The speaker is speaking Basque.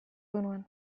genuen